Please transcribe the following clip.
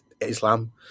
Islam